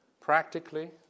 Practically